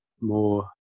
more